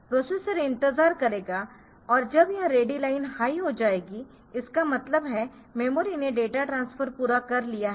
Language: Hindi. प्रोसेसर इंतजार करेगा और जब यह रेडी लाइन हाई हो जाएगी इसका मतलब है मेमोरी ने डेटा ट्रांसफर पूरा कर लिया है